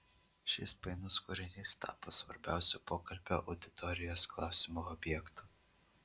šis painus kūrinys tapo svarbiausiu pokalbio auditorijos klausimų objektu